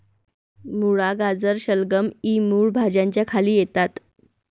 मुळा, गाजर, शलगम इ मूळ भाज्यांच्या खाली येतात